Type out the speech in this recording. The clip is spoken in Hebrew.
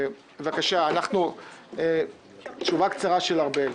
בבקשה, תשובה קצרה של ארבל.